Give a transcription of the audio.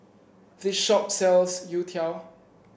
this shop sells youtiao